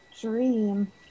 dream